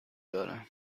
دارم